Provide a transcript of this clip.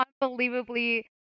unbelievably